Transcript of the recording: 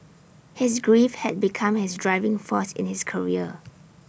his grief had become his driving force in his career